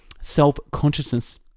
Self-consciousness